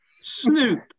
Snoop